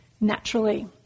naturally